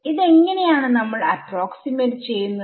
ഇതെങ്ങനെയാണ് നമ്മൾ അപ്രോക്സിമേറ്റ് ചെയ്യുന്നത്